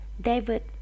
David